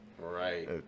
right